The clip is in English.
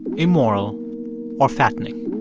immoral or fattening.